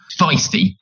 Feisty